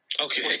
Okay